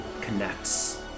connects